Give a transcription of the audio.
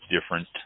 different